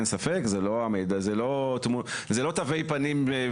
אלה לא תווי פנים ביומטריים.